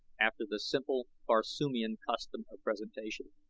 after the simple barsoomian custom of presentation.